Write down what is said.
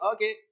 Okay